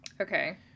okay